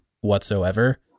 whatsoever